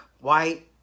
white